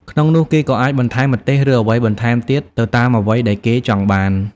ក្នុងនោះគេក៏អាចបន្ថែម ម្ទេស ឬ អ្វីបន្ថែមទៀតទៅតាមអ្វីដែលគេចង់បាន។